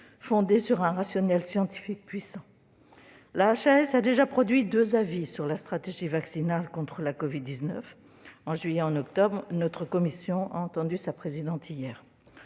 fondée sur un rationnel scientifique puissant. La HAS a déjà produit deux avis sur une stratégie vaccinale contre le covid-19, en juillet et en octobre 2020 ; notre commission a entendu sa présidente hier.